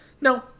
No